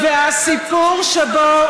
והסיפור שבו,